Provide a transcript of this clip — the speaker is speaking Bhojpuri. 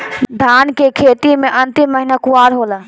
धान के खेती मे अन्तिम महीना कुवार होला?